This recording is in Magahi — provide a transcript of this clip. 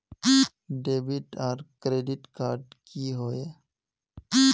डेबिट आर क्रेडिट कार्ड की होय?